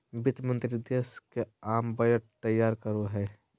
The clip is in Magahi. वित्त मंत्रि देश के आम बजट तैयार करो हइ